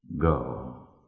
Go